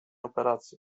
operację